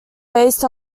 based